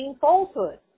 falsehood